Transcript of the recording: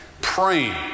praying